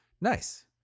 Nice